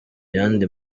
yandi